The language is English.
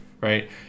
right